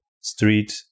street